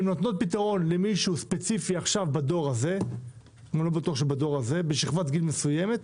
הן נותנות פתרון למישהו ספציפי עכשיו בשכבת גיל מסוימת,